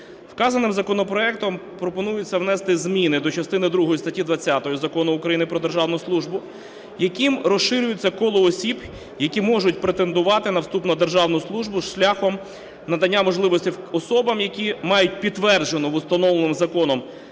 Вказаним законопроектом пропонується внести зміни до частини другої статті 20 Закону України "Про державну службу", яким розширюється коло осіб, які можуть претендувати на вступ на державну службу шляхом надання можливості особам, які мають підтверджену в установлений законом